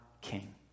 King